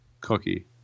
cookie